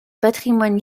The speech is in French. patrimoine